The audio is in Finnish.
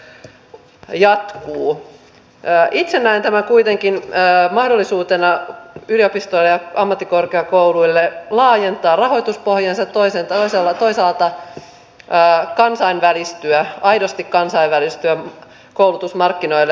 itse näen tämän kuitenkin mahdollisuutena yliopistoille ja ammattikorkeakouluille toisaalta laajentaa rahoituspohjaansa ja toisaalta kansainvälistyä aidosti kansainvälistyä koulutusmarkkinoille